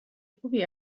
خوبی